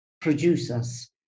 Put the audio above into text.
producers